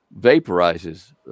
vaporizes